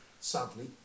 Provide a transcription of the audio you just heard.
sadly